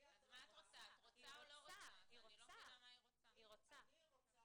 בלי הדרכה ------ אני רוצה